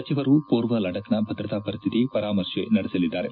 ಸಚಿವರು ಪೂರ್ವ ಲಡಖ್ನ ಭದ್ರತಾ ಪರಿಸ್ಥಿತಿ ಪರಾಮರ್ಶೆ ನಡೆಸಲಿದ್ದಾರೆ